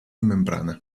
membrana